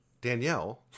Danielle